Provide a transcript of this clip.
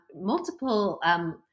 multiple